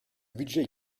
budget